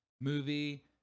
movie